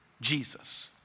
Jesus